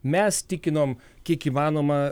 mes tikinom kiek įmanoma